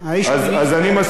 חבר הכנסת זאב.